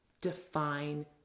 define